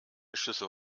schüssel